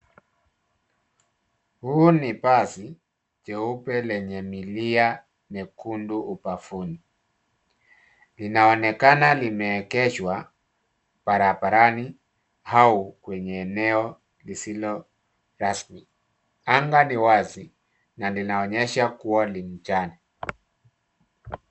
Huu ni basi jeupe lenye milia nyekundu ubafuni, linaonekana limeegeshwa barabarani au kwenye eneo lisilo rasmi, anga ni wazi na linaonyesha kua ni mchana.